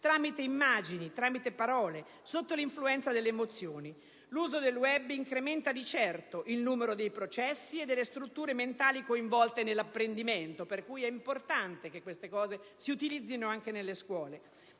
tramite immagini e parole sotto l'influenza delle emozioni. L'uso del *web* incrementa di certo il numero dei processi e delle strutture mentali coinvolte nell'apprendimento, per cui è importante che questi strumenti si utilizzino anche nelle scuole